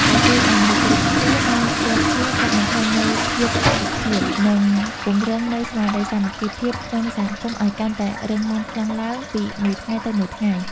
ដែលជួយឱ្យមនុស្សគ្រប់គ្នាបានស្គាល់គ្នា កាត់បន្ថយនូវភាពអរិភាព និងពង្រឹងនូវស្មារតីសាមគ្គីភាពក្នុងសហគមន៍ឱ្យកាន់តែរឹងមាំខ្លាំងឡើងពីមួយថ្ងៃទៅមួយថ្ងៃ។